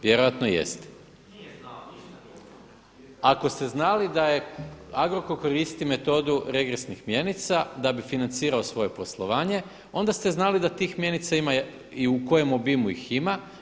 Vjerojatno jeste. … [[Upadica se ne čuje.]] Ako ste znali da Agrokor koristi metodu regresnih mjenica da financirao svoje poslovanje onda ste znali da tih mjenica ima i u kojem obimu ih ima.